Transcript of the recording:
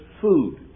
food